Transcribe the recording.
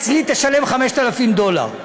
אצלי תשלם 5,000 דולר.